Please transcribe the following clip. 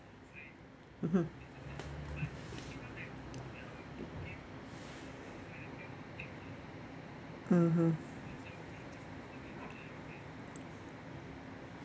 mmhmm mmhmm